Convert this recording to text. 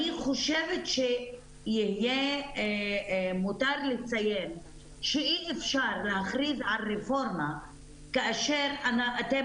אני חושבת שיהיה מותר לציין שאי אפשר להכריז על רפורמה כאשר אתם